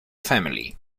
family